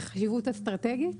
חשיבות אסטרטגית